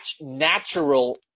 natural